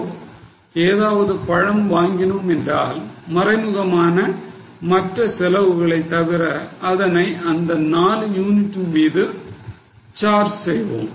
so ஏதாவது பழம் வாங்கினோம் என்றால் மறைமுகமான மற்ற செலவுகளை தவிர அதனை இந்த 4 யூனிட்டின் மீது சார்ச் செய்வோம்